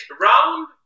round